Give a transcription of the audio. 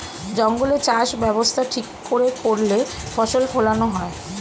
জঙ্গলে চাষ ব্যবস্থা ঠিক করে করলে ফসল ফোলানো হয়